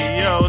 yo